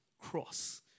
cross